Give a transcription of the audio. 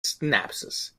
synapses